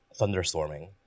thunderstorming